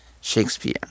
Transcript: Shakespeare